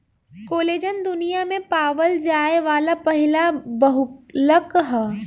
collagen दुनिया में पावल जाये वाला पहिला बहुलक ह